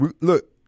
look